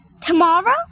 Tomorrow